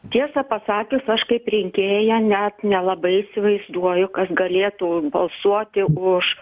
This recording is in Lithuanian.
tiesą pasakius aš kaip rinkėja net nelabai įsivaizduoju kas galėtų balsuoti už